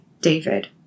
David